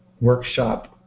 workshop